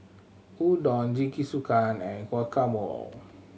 Udon Jingisukan and Guacamole